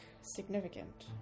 significant